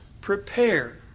Prepare